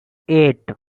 eight